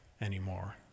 anymore